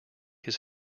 his